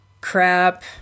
crap